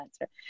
answer